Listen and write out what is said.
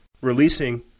Releasing